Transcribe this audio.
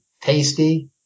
tasty